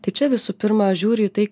tai čia visų pirma žiūriu į tai